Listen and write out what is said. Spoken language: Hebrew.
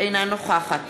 אינה נוכחת